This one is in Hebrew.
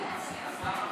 רק לעניין ההצעה לסדר-היום,